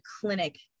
clinic